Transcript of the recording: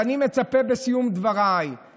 בסיום דבריי אני מצפה,